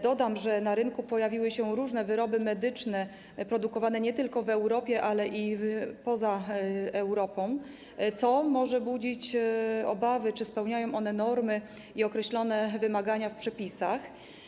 Dodam, że na rynku pojawiły się różne wyroby medyczne produkowane nie tylko w Europie, ale także poza Europą, co może budzić obawy, czy spełniają one normy i wymagania określone w przepisach.